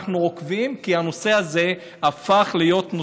אנחנו מקבלים גם את ההודעות של המשטרה,